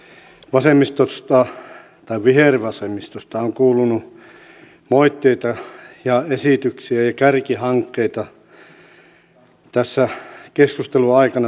vasemmistosta tai vihervasemmistosta on kuulunut moitteita ja esityksiä ja kärkihankkeita tässä edellisen keskustelun aikana